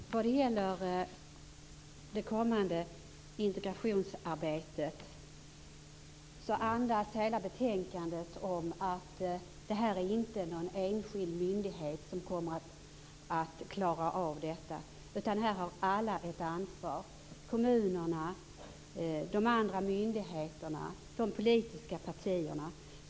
Fru talman! Vad gäller det kommande integrationsarbetet andas hela betänkandet att det inte är fråga om att en enskild myndighet skall klara av detta. Här har alla ett ansvar, dvs. kommunerna, de andra myndigheterna och de politiska partierna.